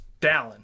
dallin